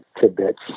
tidbits